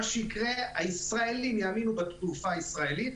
מה שיקרה: הישראלים יאמינו בתעופה הישראלית,